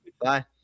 bye